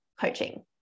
coaching